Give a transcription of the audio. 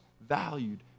valued